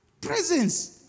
Presence